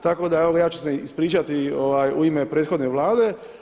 Tako da evo ja ću se ispričati u ime prethodne Vlade.